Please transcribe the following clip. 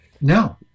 No